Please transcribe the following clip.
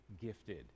gifted